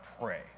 pray